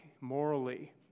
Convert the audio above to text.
morally